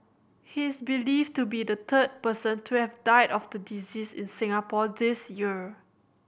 he is believed to be the third person to have died of the disease in Singapore this year